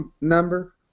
number